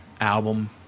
album